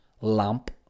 lamp